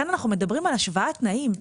כאן אנחנו מדברים על השוואת תנאים.